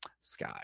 sky